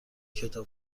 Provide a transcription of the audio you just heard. کتاب